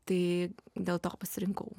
tai dėl to pasirinkau